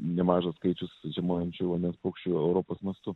nemažas skaičius žiemojančių vandens paukščių europos mastu